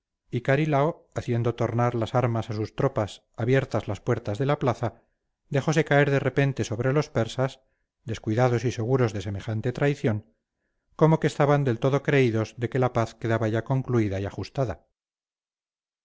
y carilao haciendo tornar las armas a sus tropas abiertas las puertas de la plaza dejóse caer de repente sobre los persas descuidados y seguros de semejante traición como que estaban del todo creídos de que la paz quedaba ya concluida y ajustada